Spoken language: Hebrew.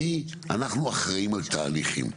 אנחנו אחראים על תהליכים,